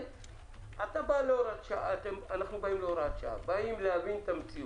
אנחנו באים להוראת שעה, באים להבין את המציאות.